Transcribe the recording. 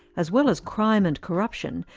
as well as crime and corruption,